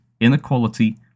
inequality